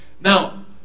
Now